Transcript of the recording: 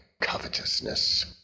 covetousness